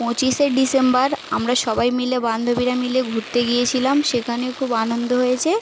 পঁচিশে ডিসেম্বর আমরা সবাই মিলে বান্ধবীরা মিলে ঘুরতে গিয়েছিলাম সেখানে খুব আনন্দ হয়েছে